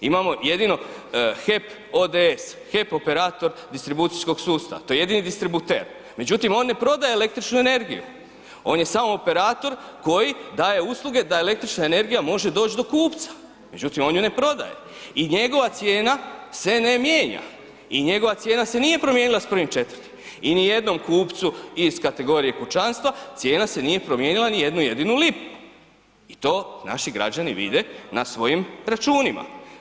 Imamo jedino HEP ODS, HEP Operator distribucijskog sustava, to je jedini distributer, međutim, on ne prodaje električnu energiju, on je samo operator koji daje usluge da električna energija može doć do kupca, međutim, on ju ne prodaje i njegova cijena se ne mijenja i njegova cijena se nije promijenila s 1.4. i nijednom kupcu iz kategorije kućanstva cijena se nije promijenila ni jednu jedinu lipu i to naši građani vide na svojim računima.